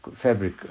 Fabric